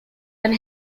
and